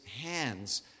hands